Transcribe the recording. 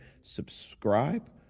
Subscribe